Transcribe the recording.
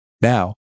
Now